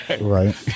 right